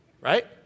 right